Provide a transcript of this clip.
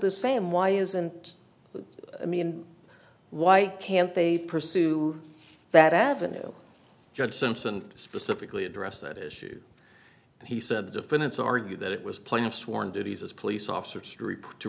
the same why isn't i mean why can't they pursue that avenue judge since and specifically address that issue and he said the defendants argued that it was plenty of sworn duties as police officers